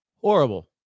Horrible